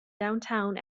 downtown